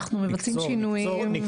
מבצעים שינויים.